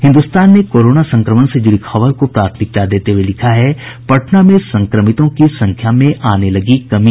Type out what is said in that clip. हिन्दुस्तान ने कोरोना संक्रमण से जुड़ी खबर को प्राथमिकता देते हुये लिखा है पटना में संक्रमितों की संख्या में आने लगी कमी